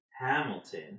Hamilton